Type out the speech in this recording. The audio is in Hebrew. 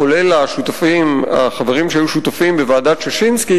כולל החברים שהיו שותפים בוועדת-ששינסקי,